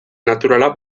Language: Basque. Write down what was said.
naturala